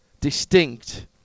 distinct